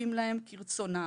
בכפופים להם כרצונם,